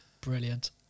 Brilliant